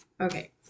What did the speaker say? Okay